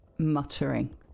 Muttering